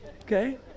Okay